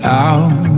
out